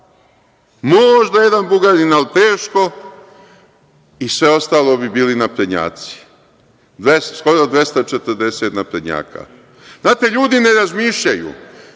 možda jedan Bugarin, ali teško i sve ostalo bi bili naprednjaci. Skoro 240 bi bilo naprednjaka. Znate, ljudi ne razmišljaju,